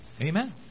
Amen